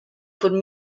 von